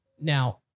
Now